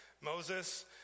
Moses